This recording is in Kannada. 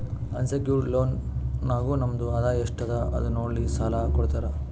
ಅನ್ಸೆಕ್ಯೂರ್ಡ್ ಲೋನ್ ನಾಗ್ ನಮ್ದು ಆದಾಯ ಎಸ್ಟ್ ಅದ ಅದು ನೋಡಿ ಸಾಲಾ ಕೊಡ್ತಾರ್